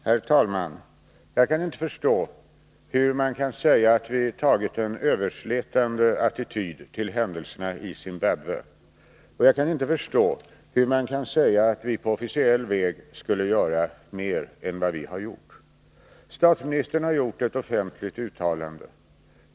Herr talman! Jag kan inte förstå hur man kan säga att vi tagit en överslätande attityd till händelserna i Zimbabwe. Jag kan inte heller förstå hur man kan säga att vi på officiell väg skulle göra mer än vad vi har gjort. Statsministern har gjort ett offentligt uttalande.